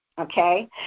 Okay